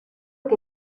que